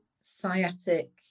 sciatic